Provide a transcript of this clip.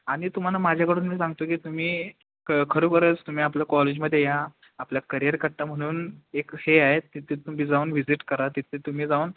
आणि तुम्हाला माझ्याकडून मी सांगतो की तुम्ही खरोखरच तुम्ही आपलं कॉलेजमध्ये या आपल्या करियर कट्टा म्हणून एक हे आहे तिथे तुम्ही जाऊन विजिट करा तिथे तुम्ही जाऊन